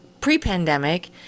pre-pandemic